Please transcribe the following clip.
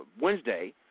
Wednesday